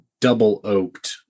double-oaked